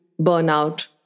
burnout